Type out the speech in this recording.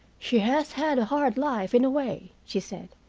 she has had a hard life, in a way, she said.